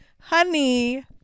Honey